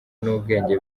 n’ubwenge